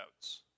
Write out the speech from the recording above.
notes